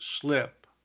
slip